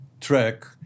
track